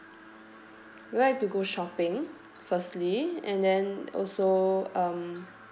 we like to go shopping firstly and then also um